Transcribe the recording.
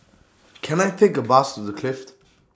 Can I Take A Bus to The Clift